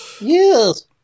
Yes